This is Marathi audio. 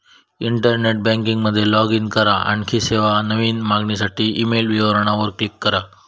इंटरनेट बँकिंग मध्ये लाॅग इन करा, आणखी सेवा, नवीन मागणीसाठी ईमेल विवरणा वर क्लिक करा